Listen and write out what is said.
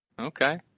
Okay